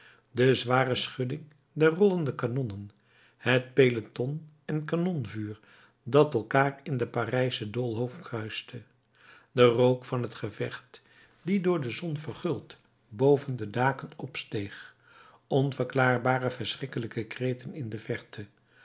de zware schudding der rollende kanonnen het peloton en kanonvuur dat elkaar in den parijschen doolhof kruiste de rook van het gevecht die door de zon verguld boven de daken opsteeg onverklaarbare verschrikkelijke kreten in de verte